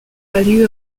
value